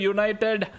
United